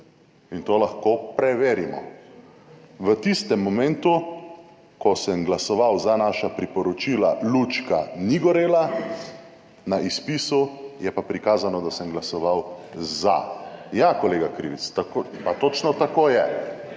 To lahko preverimo. V tistem momentu, ko sem glasoval za naša priporočila, lučka ni gorela, na izpisu je pa prikazano, da sem glasoval za. / oglašanje iz dvorane/ Ja, kolega Krivec, pa točno tako je.